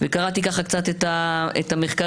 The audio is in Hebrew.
קראתי קצת את המחקרים,